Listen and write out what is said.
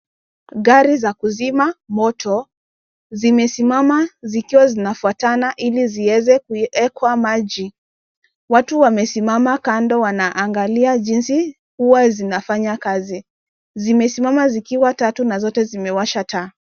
Gari za kuzima moto zimesimama zikiwa zinafwatana ili zieze kuwekwa maji. watu wamesimama kando wanaangalia jinsi huwa zinafanya kazi, zimesimama zikiwa tatu na zote zimewasha taa.